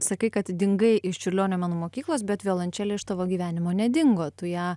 sakai kad dingai iš čiurlionio menų mokyklos bet violončelė iš tavo gyvenimo nedingo tu ją